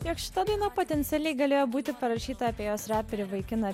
jog šita daina potencialiai galėjo būti parašyta apie jos reperį vaikiną